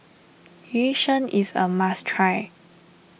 Yu Sheng is a must try